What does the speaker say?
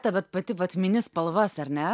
tai vat pati vat mini spalvas ar ne